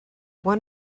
one